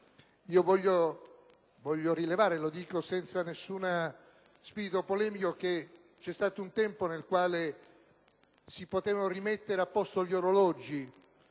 Voglio rilevare - lo dico senza spirito polemico - che c'è stato un tempo nel quale si potevano rimettere a posto gli orologi